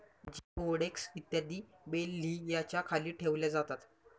जिओडेक्स इत्यादी बेल्व्हियाच्या खाली ठेवल्या जातात